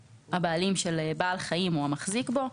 הבעלים של בעל חיים או המחזיק בו,